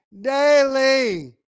daily